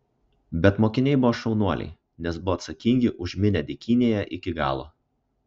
bet mokiniai buvo šaunuoliai nes buvo atsakingi už minią dykynėje iki galo